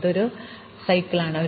അതിനാൽ ഇതൊരു ചക്രമാണ്